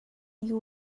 you